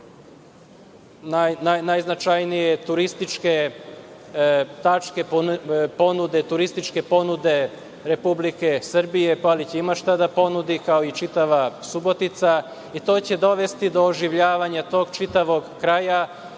tačke, turističke ponude Republike Srbije. Palić ima šta da ponudi, kao i čitava Subotica, i to će dovesti do oživljavanja tog čitavog kraja,